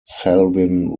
selwyn